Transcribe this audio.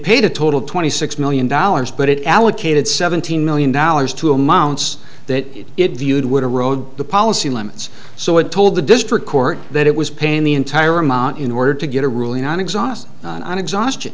paid a total of twenty six million dollars but it allocated seventeen million dollars to amounts that it viewed would erode the policy limits so it told the district court that it was paying the entire amount in order to get a ruling on exhaust and exhaustion